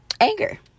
anger